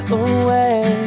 away